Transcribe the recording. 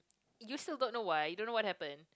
you still got no why don't know what happen